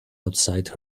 outside